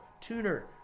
tuner